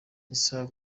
isaha